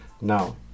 Now